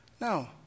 No